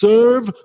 Serve